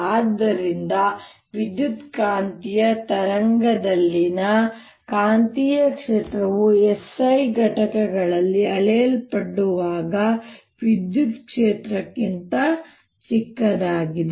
ಆದ್ದರಿಂದ ವಿದ್ಯುತ್ಕಾಂತೀಯ ತರಂಗದಲ್ಲಿನ ಕಾಂತೀಯ ಕ್ಷೇತ್ರವು SI ಘಟಕಗಳಲ್ಲಿ ಅಳೆಯಲ್ಪಟ್ಟಾಗ ವಿದ್ಯುತ್ ಕ್ಷೇತ್ರಕ್ಕಿಂತ ಚಿಕ್ಕದಾಗಿದೆ